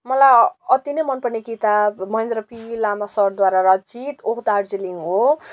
मलाई अति नै मनपर्ने किताब महेन्द्र पी लामा सरद्वारा रचित ओ दार्जिलिङ हो